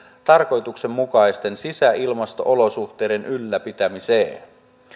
tarkoituksenmukaisten sisäilmasto olosuhteiden ylläpitämiseen